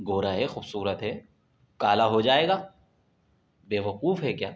گورا ہے خوبصورت ہے کالا ہو جائے گا بیوقوف ہے کیا